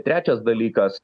trečias dalykas